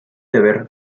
deber